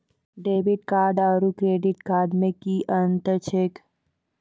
Debit card आरू credit card मे कि अन्तर छैक?